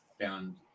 found